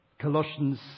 Colossians